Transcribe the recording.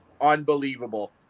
unbelievable